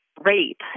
rape